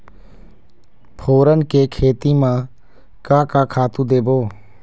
फोरन के खेती म का का खातू देबो?